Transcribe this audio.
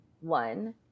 one